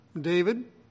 David